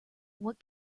what